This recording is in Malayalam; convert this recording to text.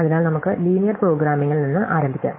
അതിനാൽ നമുക്ക് ലീനിയർ പ്രോഗ്രാമിംഗിൽ നിന്ന് ആരംഭിക്കാം